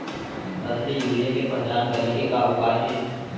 असली यूरिया के पहचान करे के का उपाय हे?